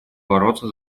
бороться